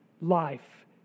life